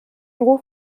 ruf